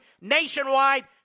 nationwide